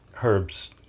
Herb's